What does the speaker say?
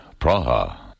Praha